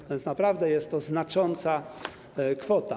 Tak więc naprawdę jest to znacząca kwota.